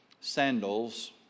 sandals